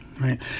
Right